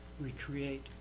recreate